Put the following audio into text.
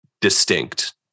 Distinct